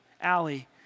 Allie